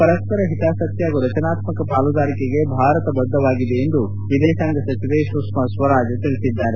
ಪರಸ್ವರ ಹಿತಾಸಕ್ತಿ ಹಾಗೂ ರಚನಾತ್ಮಕ ಪಾಲುದಾರಿಕೆಗೆ ಭಾರತ ಬದ್ದವಾಗಿದೆ ಎಂದು ವಿದೇಶಾಂಗ ವ್ಯವಹಾರ ಸಚಿವ ಸುಷ್ಮಾ ಸ್ವರಾಜ್ ತಿಳಿಸಿದ್ದಾರೆ